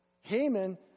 Haman